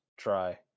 try